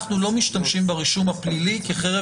אנחנו לא משתמשים ברישום הפלילי כחרב